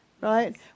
right